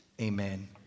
Amen